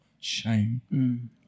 shame